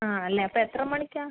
ആ അല്ല അപ്പം എത്ര മണിക്കാണ്